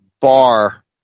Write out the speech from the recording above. bar